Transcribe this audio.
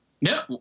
No